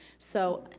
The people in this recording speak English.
so,